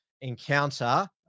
encounter